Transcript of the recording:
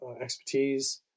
expertise